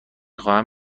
خواهم